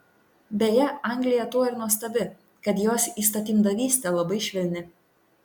beje anglija tuo ir nuostabi kad jos įstatymdavystė labai švelni